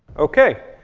ok.